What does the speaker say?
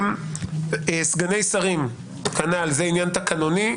סגני שרים, כנ"ל, זה עניין תקנוני.